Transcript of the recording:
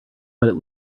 but